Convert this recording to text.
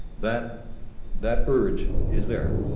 that that urge is there.